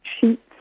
sheets